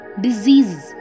diseases